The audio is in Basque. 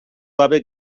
gabe